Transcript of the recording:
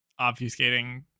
obfuscating